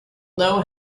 know